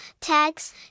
tags